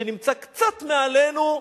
שנמצא קצת מעלינו,